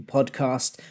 Podcast